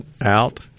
out